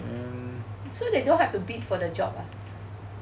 so they don't have to bid for the job ah